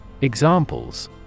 Examples